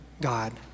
God